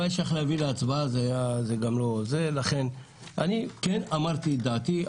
אני אמרתי את דעתי.